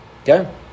Okay